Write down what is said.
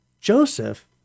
Joseph